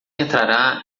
entrará